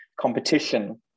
competition